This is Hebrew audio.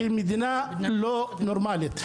היא מדינה לא נורמלית.